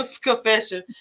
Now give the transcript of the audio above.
confession